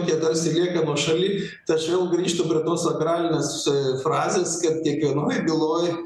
jie tarsis lieka nuošaly tačiau grįžtu prie tos sakralinės frazės kad kiekvienoj byloj